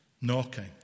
Knocking